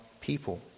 people